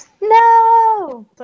No